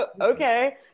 okay